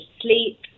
sleep